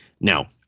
Now